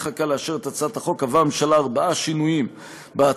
חקיקה לאשר את הצעת החוק קבעה הממשלה ארבעה שינויים בהצעה,